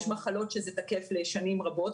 יש מחלות שזה תקף לשנים רבות,